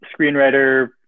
screenwriter